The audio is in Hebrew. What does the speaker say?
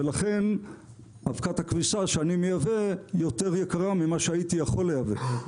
ולכן אבקת הכביסה שאני מייבא יותר יקרה ממה שהייתי יכול לייבא.